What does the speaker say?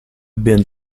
been